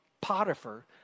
Potiphar